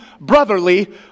brotherly